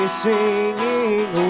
singing